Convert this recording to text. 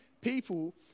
people